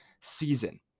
season